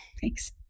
Thanks